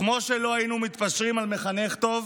כמו שלא היינו מתפשרים על מחנך טוב,